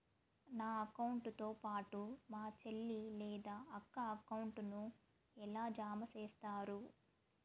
నా అకౌంట్ తో పాటు మా చెల్లి లేదా అక్క అకౌంట్ ను ఎలా జామ సేస్తారు?